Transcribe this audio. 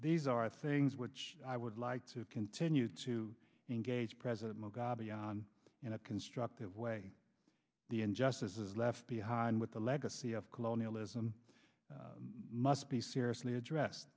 these are things which i would like to continue to engage president mugabe in a constructive way the injustices left behind with the legacy of colonialism must be seriously address